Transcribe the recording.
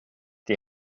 die